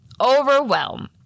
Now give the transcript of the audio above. overwhelm